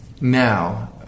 now